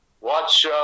watch